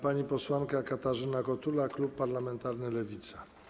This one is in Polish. Pani posłanka Katarzyna Kotula, klub parlamentarny Lewica.